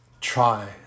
Try